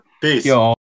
peace